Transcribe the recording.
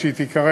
כפי שהיא תיקרא,